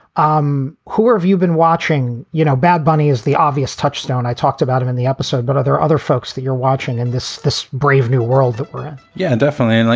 um who have you been watching? you know, bad bunny is the obvious touchstone. i talked about him in the episode, but other other folks that you're watching in this this brave new world that yeah, definitely. and like,